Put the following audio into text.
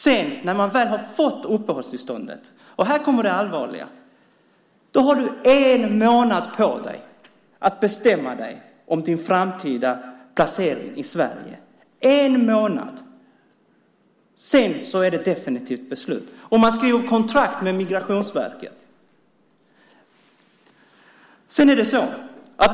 Sedan när man väl har fått uppehållstillståndet, och här kommer det allvarliga, har man en månad på sig att bestämma sig om sin framtida placering i Sverige. Man har en månad på sig, sedan blir det ett definitivt beslut. Man skriver kontrakt med Migrationsverket.